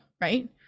right